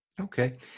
Okay